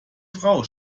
frau